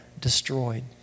destroyed